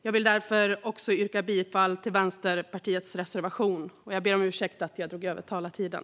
Jag vill därför yrka bifall till Vänsterpartiets reservation.